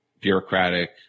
bureaucratic